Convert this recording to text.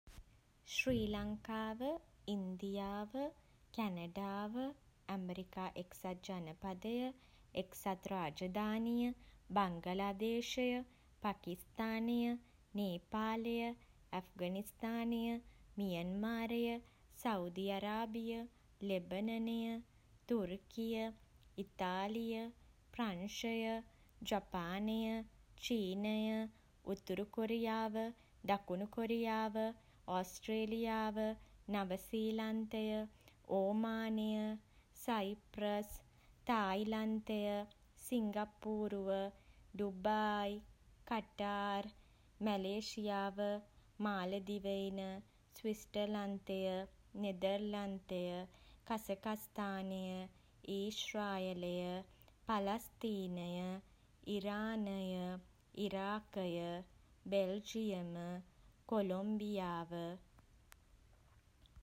ශ්‍රී ලංකාව ඉන්දියාව කැනඩාව ඇමරිකා එක්සත් ජනපදය එක්සත් රාජධානිය බංගලාදේශය පකිස්ථානය නේපාලය ඇෆ්ගනිස්ථානය මියන්මාරය සෞදි අරාබිය ලෙබනනය තුර්කිය ඉතාලිය ප්‍රංශය ජපානය චීනය උතුරු කොරියාව දකුණු කොරියාව ඕස්ට්‍රේලියාව නවසීලන්තය ඕමානය සයිප්‍රස් තායිලන්තය සිංගප්පූරුව ඩුබායි කටාර් මැලේසියාව මාලදිවයින ස්විස්ටර්ලන්තය නෙදර්ලන්තය කසකස්ථානය ඊශ්‍රායලය පලස්තීනය ඉරානය ඉරාකය බෙල්ජියම කොලොම්බියාව